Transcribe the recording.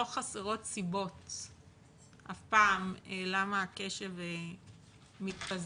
חסרות סיבות אף פעם ללמה הקשב מתפזר.